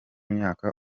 myaka